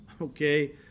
okay